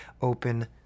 open